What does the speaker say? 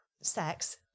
sex